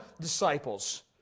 disciples